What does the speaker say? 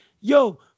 Yo